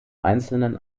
einzelnen